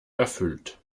erfüllt